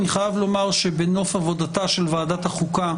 אני חייב לומר שבנוף עבודתה של ועדת החוקה